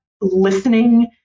listening